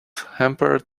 hampered